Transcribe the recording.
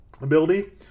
ability